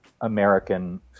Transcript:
american